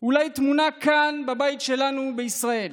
אולי טמונה כאן, בבית שלנו בישראל.